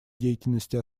деятельности